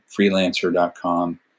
freelancer.com